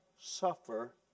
suffer